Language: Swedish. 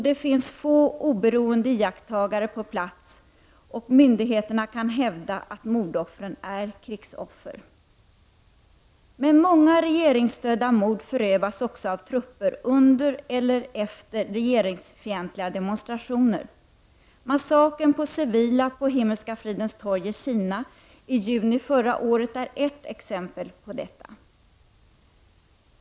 Det finns få oberoende iakttagare på plats och myndigheterna kan hävda att mordoffren är krigsoffer. Men många regeringsstödda mord förövas också av trupper under eller efter regeringsfientliga demonstrationer. Massakern på civila på Himmelska fridens torg i Kina i juni förra året är ett exempel på detta.